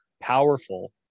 powerful